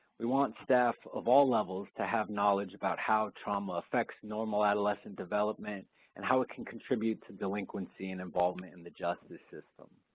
we want staff, of all levels, to have knowledge about how trauma affects normal adolescent development and how it can contribute to delinquency and involvement in the justice system.